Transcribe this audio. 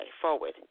forward